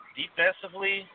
defensively